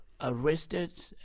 arrested